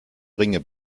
ringe